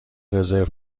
رزرو